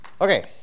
Okay